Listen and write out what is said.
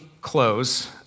close